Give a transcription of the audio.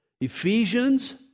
Ephesians